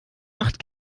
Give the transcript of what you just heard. acht